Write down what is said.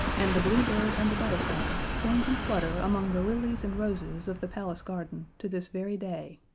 and the blue bird and the butterfly sing and flutter among the lilies and roses of the palace garden to this very day.